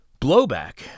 blowback